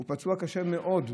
הוא פצוע קשה מאוד.